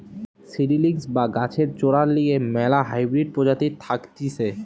seedlings বা গাছের চরার লিগে ম্যালা হাইব্রিড প্রজাতি থাকতিছে